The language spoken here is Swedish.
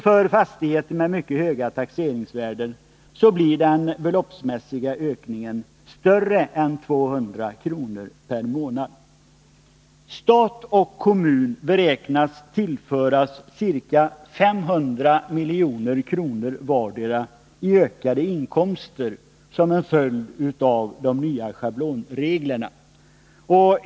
För fastigheter med mycket höga taxeringsvärden blir den beloppsmässiga ökningen större än 200 kr. per månad. Stat och kommun beräknas tillföras ca 500 milj.kr. vardera i ökade inkomster som en följd av de nya schablonreglerna.